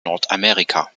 nordamerika